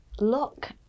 look